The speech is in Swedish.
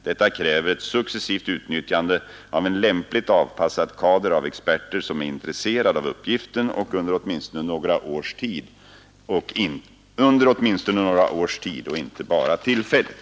Detta kräver ett successivt utnyttjande av en lämpligt avpassad kader av experter som är intresserad av uppgiften under åtminstone några års tid och inte bara tillfälligt.